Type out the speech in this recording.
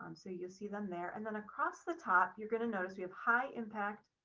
um so you'll see them there. and then across the top, you're going to notice we have high impact,